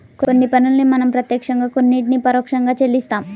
కొన్ని పన్నుల్ని మనం ప్రత్యక్షంగా కొన్నిటిని పరోక్షంగా చెల్లిస్తాం